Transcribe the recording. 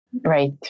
Right